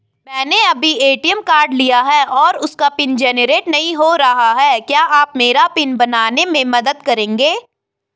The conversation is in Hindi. मैंने अभी ए.टी.एम कार्ड लिया है और उसका पिन जेनरेट नहीं हो रहा है क्या आप मेरा पिन बनाने में मदद करेंगे?